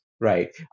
right